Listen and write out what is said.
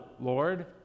Lord